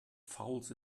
fouls